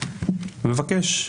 אני מבקש,